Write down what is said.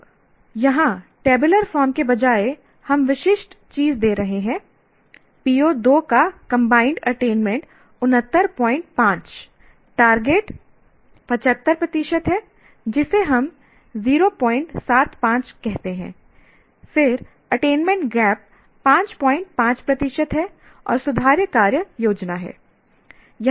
अब यहाँ tabular form के बजाय हम विशिष्ट चीज़ दे रहे हैं PO2 का कंबाइंड अटेनमेंट 695 टारगेट 75 प्रतिशत है जिसे हम 075 कहते हैं फिर अटेनमेंट गैप 55 प्रतिशत है और सुधार कार्य योजना है